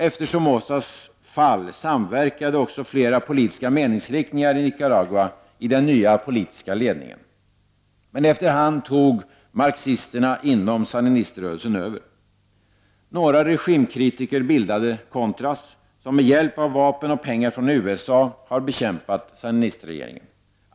Efter Somozas fall samverkade också flera politiska meningsriktningar i Nicaragua i den nya politiska ledningen. Men efter hand tog marxisterna inom sandiniströrelsen över. Några regimkritiker bildade ”contras”, som med hjälp av vapen och pengar från USA har bekämpat sandinistregeringen.